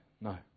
no